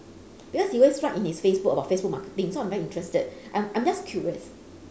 because he always write in his facebook about facebook marketing so I'm very interested I'm I'm just curious